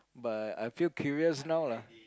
but I feel curious now lah